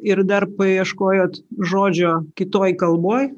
ir dar paieškojot žodžio kitoj kalboj